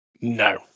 No